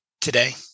today